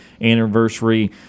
anniversary